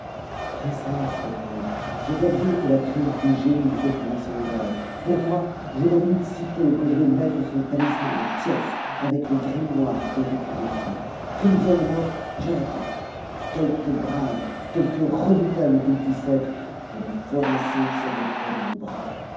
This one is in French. princesse repris-je je vois bien que la crainte du génie vous fait tenir ce langage pour moi je le redoute si peu que je vais mettre son talisman en pièces avec le grimoire qui est écrit dessus qu'il vienne alors je l'attends quelque brave quelque redoutable qu'il puisse être je lui ferai sentir le poids de mon bras